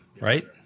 right